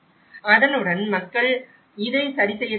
அதனுடன் மக்கள் இதை சரிசெய்யத் தொடங்கினர்